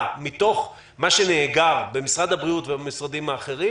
מתוך מה שנאגר במשרד הבריאות ובמשרדים האחרים,